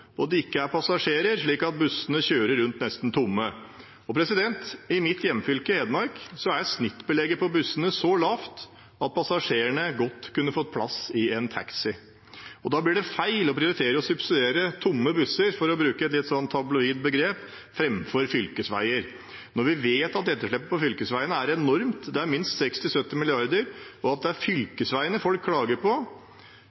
om det ikke er et behov, om det ikke er passasjerer, og bussene kjører rundt nesten tomme. I mitt hjemfylke, Hedmark, er snittbelegget på bussene så lavt at passasjene godt kunne fått plass i en taxi. Da blir det feil å prioritere subsidiering av tomme busser, for å bruke et litt tabloid begrep, framfor fylkesveier, når vi vet at etterslepet på fylkesveiene er enormt. Det er på minst 60–70 mrd. kr, og det er